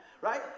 Right